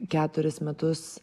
keturis metus